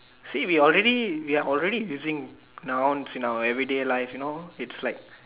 see we already we are already using nouns in our everyday you know it's like